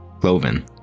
Cloven